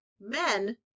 men